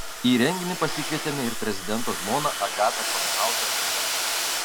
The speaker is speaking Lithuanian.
į renginį pasikvietėme ir prezidento žmoną agatą kornhauzer dudą